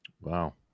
Wow